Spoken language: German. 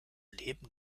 leben